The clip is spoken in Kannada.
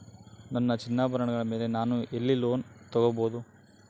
ನನ್ನ ಚಿನ್ನಾಭರಣಗಳ ಮೇಲೆ ನಾನು ಎಲ್ಲಿ ಲೋನ್ ತೊಗೊಬಹುದು?